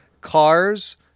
Cars